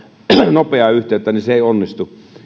nopeaa yhteyttä ei onnistu